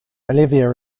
olivia